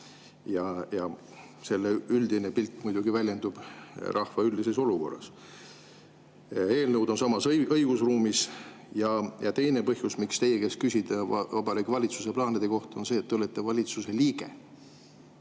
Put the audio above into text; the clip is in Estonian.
Ja selle üldine pilt muidugi väljendub rahva üldises olukorras. Eelnõud on samas õigusruumis. Ja teine põhjus, miks teie käest küsida Vabariigi Valitsuse plaanide kohta, on see, et te olete valitsuse liige.